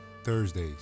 Thursdays